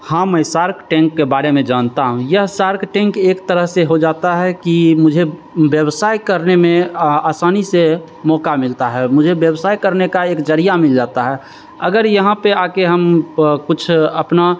हाँ मैं Shark Tank के बारे में जानता हूँ यह सार्क टैंक एक तरह से हो जाता है कि मुझे व्यवसाय करने में आ असानी से मौक़ा मिलता है मुझे व्यवसाय करने का एक ज़रिया मिल जाता है अगर यहाँ पर आ कर हम कुछ अपना